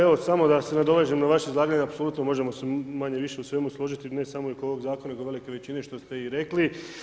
Evo samo da se nadovežem na vaše izlaganje, apsolutno možemo se manje-više u svemu složiti i ne samo oko ovog zakona nego i velike većine što ste rekli.